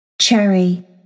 Cherry